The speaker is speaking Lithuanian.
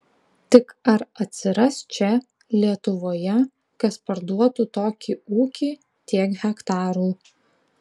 tik ar atsiras čia lietuvoje kas parduotų tokį ūkį tiek hektarų